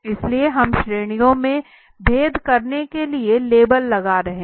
इसलिए हम श्रेणियों में भेद करने के लिए लेबल लगा रहे हैं